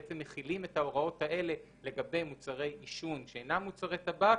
בעצם מחילים את ההוראות האלה לגבי מוצרי עישון שאינם מוצרי טבק,